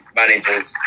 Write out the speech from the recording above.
managers